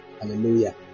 Hallelujah